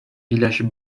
villages